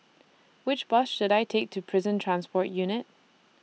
Which Bus should I Take to Prison Transport Unit